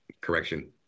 correction